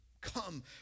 come